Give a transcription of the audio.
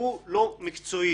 זה לא האופק הקידומי.